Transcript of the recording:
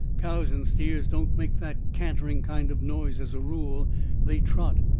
cows and steers don't make that cantering kind of noise as a rule they trot.